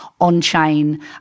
on-chain